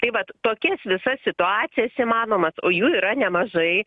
tai vat tokias visas situacijas įmanomas o jų yra nemažai